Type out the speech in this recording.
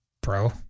Bro